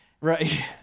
right